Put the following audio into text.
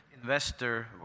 investor